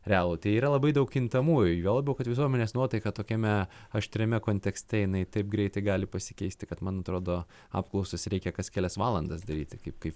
realų tai yra labai daug kintamųjų juo labiau kad visuomenės nuotaika tokiame aštriame kontekste jinai taip greitai gali pasikeisti kad man atrodo apklausas reikia kas kelias valandas daryti kaip kaip